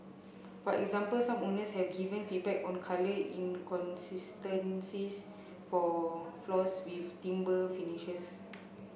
for example some owners have given feedback on colour inconsistencies for floors with timber finishes